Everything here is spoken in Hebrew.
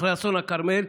אחרי אסון הכרמל,